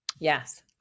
Yes